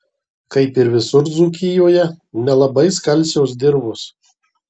kaip ir visur dzūkijoje nelabai skalsios dirvos